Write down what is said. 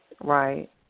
Right